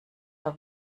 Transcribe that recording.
herr